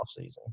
offseason